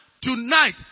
Tonight